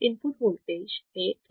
input voltage हे 3